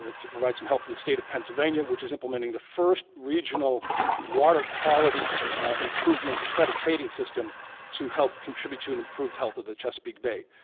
ah to provide some help to the state of pennsylvania which is implementing the first regional water quality improvement credit trading system to help contribute to an improved health of the chesapeake bay.